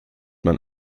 man